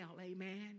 Amen